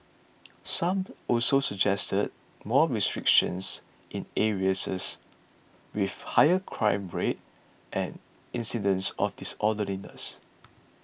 some also suggested more restrictions in area says with higher crime rates and incidents of disorderliness